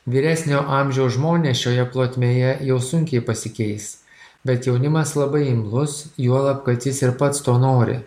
vyresnio amžiaus žmonės šioje plotmėje jau sunkiai pasikeis bet jaunimas labai imlus juolab kad jis ir pats to nori